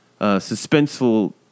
suspenseful